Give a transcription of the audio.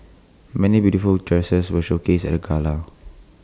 many beautiful dresses were showcased at the gala